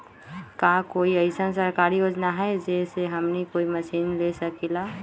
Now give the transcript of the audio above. का कोई अइसन सरकारी योजना है जै से हमनी कोई मशीन ले सकीं ला?